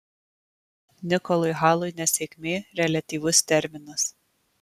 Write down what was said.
nikolui halui nesėkmė reliatyvus terminas